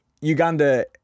uganda